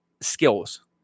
skills